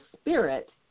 spirit